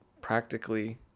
practically